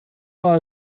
war